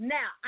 Now